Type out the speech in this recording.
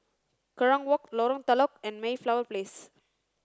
Kerong Walk Lorong Telok and Mayflower Place